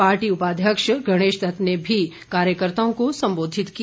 party उपाध्यक्ष गणेशदत्त ने भी कार्यकर्ताओं को संबोधित किया